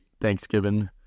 Thanksgiving